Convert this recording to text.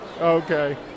Okay